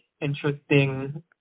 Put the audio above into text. interesting